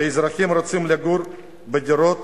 והאזרחים רוצים לגור בדירות